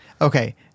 Okay